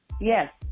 Yes